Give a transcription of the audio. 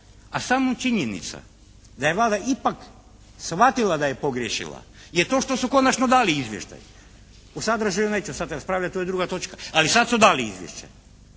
a sama činjenica da je Vlada ipak shvatila da je pogriješila je to što su konačno dali izvještaj. O sadržaju neću sada raspravljati to je druga točka, ali sada su dali izvješće.